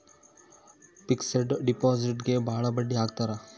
fixed ಡಿಪಾಸಿಟ್ಗೆ ಭಾಳ ಬಡ್ಡಿ ಹಾಕ್ತರ